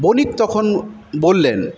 বণিক তখন বললেন